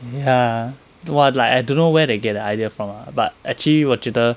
ya !wah! like I don't know where they get the idea from lah but actually 我觉得